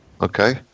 Okay